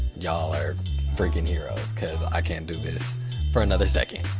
y'all are freakin heroes cuz i can't do this for another second.